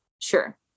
Sure